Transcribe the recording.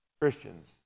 Christians